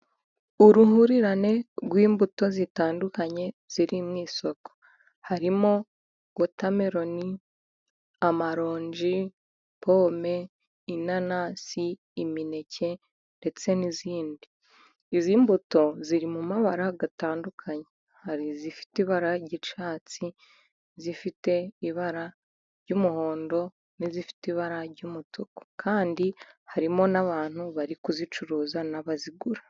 Uruhurirane rw'imbuto zitandukanye ziri mu isoko harimo: wotameloni, amalonji, pome, inanasi, imineke ndetse n'izindi, izi mbuto ziri mu mabara atandukanye, hari izifite ibara ry'icyatsi, izifite ibara ry'umuhondo, n'izifite ibara ry'umutuku, kandi harimo n'abantu bari kuzicuruza n'abazigura.